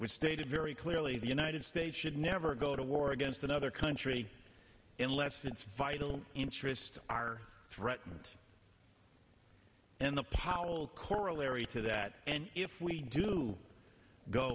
which stated very clearly the united states should never go to war against another country inlets its vital interests are threatened and the powerful corollary to that and if we do go